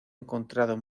encontrado